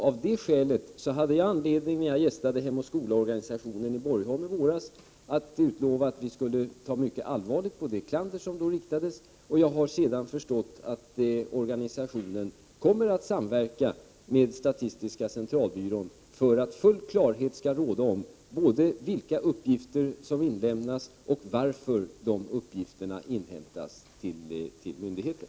Av det skälet hade jag anledning, när jag gästade Hem och skola-organisationen i Borgholm i våras utlova att vi skulle ta mycket allvarligt på det klander som då framfördes. Jag har sedan förstått att organisationen kommer att samverka med statistiska centralbyrån för att full klarhet skall råda om både vilka uppgifter som inlämnas och varför de uppgifterna inhämtas till myndigheten.